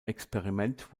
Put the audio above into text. experiment